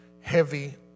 heavy